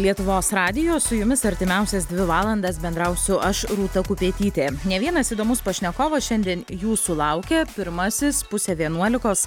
lietuvos radijo su jumis artimiausias dvi valandas bendrausiu aš rūta kupetytė ne vienas įdomus pašnekovas šiandien jūsų laukia pirmasis pusę vienuolikos